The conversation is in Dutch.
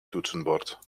toetsenbord